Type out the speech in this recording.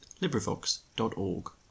Librivox.org